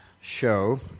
show